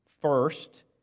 first